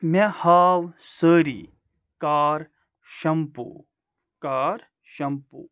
مےٚ ہاو سٲرِی کار شمپوٗ کار شمپوٗ